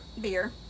Beer